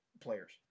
players